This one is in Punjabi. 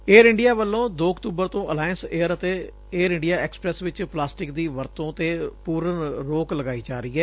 ਏਅਰ ਇਂਡੀਆ ਵੱਲੋਂ ਦੋ ਅਕਤੁਬਰ ਤੋਂ ਅਲਾਇਂਸ ਏਅਰ ਅਤੇ ਏਅਰ ਇਂਡੀਆ ਐਕਸਪੈਸ ਵਿਚ ਪਲਾਸਟਿਕ ਦੀ ਵਰਤੋਂ ਤੇ ਪੁਰਨ ਰੋਕ ਲਗਾਈ ਜਾ ਰਹੀ ਏ